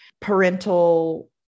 parental